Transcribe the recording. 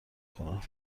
کند